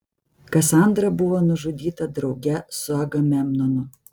kasandra buvo nužudyta drauge su agamemnonu